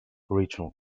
regional